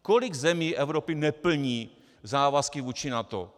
Kolik zemí Evropy neplní závazky vůči NATO?